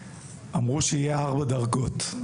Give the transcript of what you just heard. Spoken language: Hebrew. אמרו שיהיו עד ארבע דרגות.